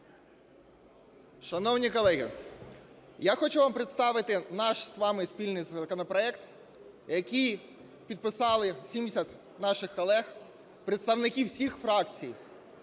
Шановні колеги, я хочу вам представити наш з вами спільний законопроект, який підписали 70 наших колег, представники всіх фракцій: